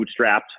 bootstrapped